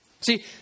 See